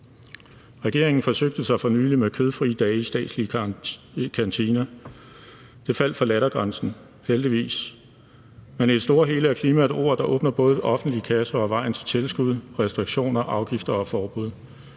Regeringen har forsøgte sig for nylig med kødfrie dage i statslige kantiner. Det faldt for lattergrænsen – heldigvis. Men i det store og hele er klima et ord, der åbner både offentlige kasser og vejen til tilskud, restriktioner, afgifter og forbud.